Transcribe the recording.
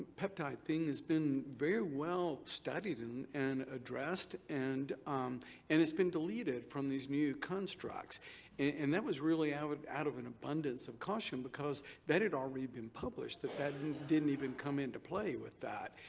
peptide thing has been very well studied and and addressed and um and it's been deleted from these new constructs and that was really out out of an abundance of caution because that had already been published that that didn't even come into play with that,